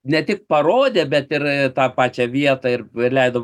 ne tik parodė bet ir tą pačią vietą ir leido